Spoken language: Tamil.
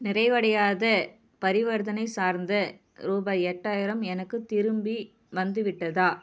நிறைவடையாத பரிவர்த்தனை சார்ந்த ரூபாய் எட்டாயிரம் எனக்குத் திரும்பி வந்துவிட்டதா